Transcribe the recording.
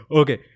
okay